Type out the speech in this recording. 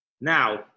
now